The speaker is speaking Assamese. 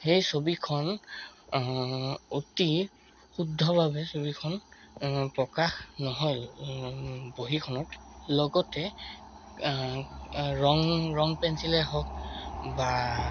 সেই ছবিখন অতি শুদ্ধভাৱে ছবিখন প্ৰকাশ নহ'ল বহীখনত লগতে ৰং ৰং পেঞ্চিলে হওঁক বা